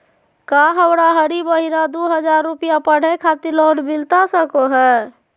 का हमरा हरी महीना दू हज़ार रुपया पढ़े खातिर लोन मिलता सको है?